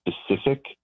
specific